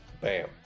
bam